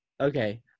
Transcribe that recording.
okay